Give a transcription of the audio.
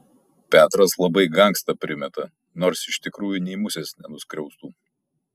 petras labai gangsta primeta nors iš tikrųjų nei musės nenuskriaustų